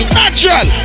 natural